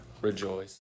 rejoice